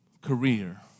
career